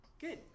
Good